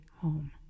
home